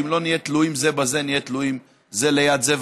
שאם לא נהיה תלויים זה בזה נהיה תלויים זה ליד זה,